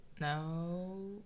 No